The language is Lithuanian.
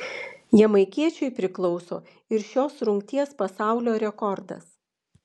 jamaikiečiui priklauso ir šios rungties pasaulio rekordas